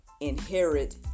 inherit